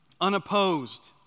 unopposed